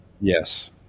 Yes